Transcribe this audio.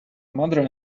mother